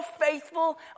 faithful